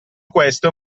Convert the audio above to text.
questo